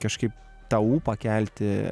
kažkaip tą ūpą kelti